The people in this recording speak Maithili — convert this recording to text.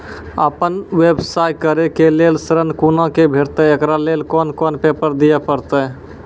आपन व्यवसाय करै के लेल ऋण कुना के भेंटते एकरा लेल कौन कौन पेपर दिए परतै?